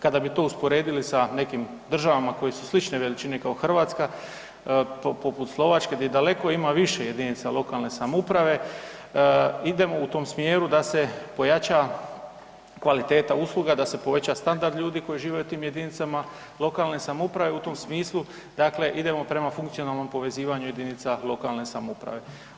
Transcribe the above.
Kada bi to usporedili sa nekim državama koje su slične veličine kao Hrvatska poput Slovačke gdje daleko ima više jedinica lokalne samouprave, idemo u tom smjeru da se ojača kvaliteta usluga, da se poveća standard ljudi koji žive u tim jedinicama lokalne samouprave u tom smislu, dakle idemo prema funkcionalnom povezivanju jedinica lokalne samouprave.